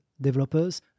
developers